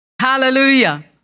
Hallelujah